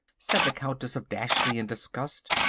said the countess of dashleigh in disgust.